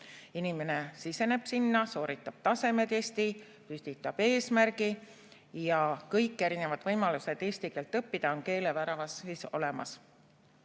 Inimene siseneb sinna, sooritab tasemetesti, püstitab eesmärgi ja kõik erinevad võimalused eesti keelt õppida on keeleväravas olemas.